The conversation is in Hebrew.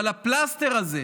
אבל הפלסטר הזה,